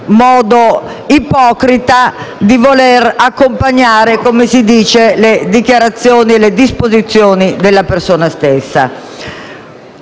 modo ipocrita di voler accompagnare, come si dice, le dichiarazioni e le disposizioni della persona stessa.